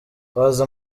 waza